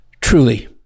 truly